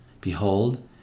Behold